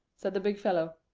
said the big fellow.